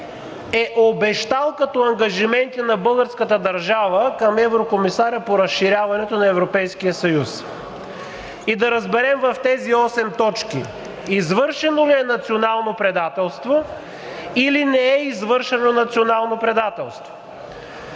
е обещал като ангажименти на българската държава към еврокомисаря по разширяването на Европейския съюз и да разберем в тези осем точки извършено ли е национално предателство, или не е извършено национално предателство.